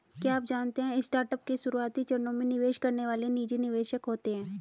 क्या आप जानते है स्टार्टअप के शुरुआती चरणों में निवेश करने वाले निजी निवेशक होते है?